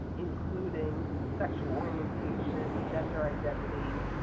including sexual orientation, gender identity,